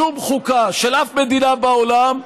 שום חוקה, של אף מדינה בעולם,